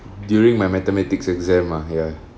during my mathematics exam ah ya